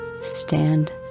Stand